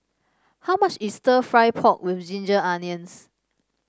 how much is stir fry pork with Ginger Onions